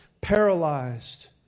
paralyzed